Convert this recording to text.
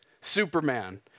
Superman